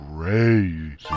crazy